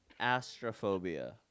Astrophobia